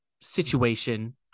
situation